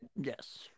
Yes